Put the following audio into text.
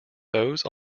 those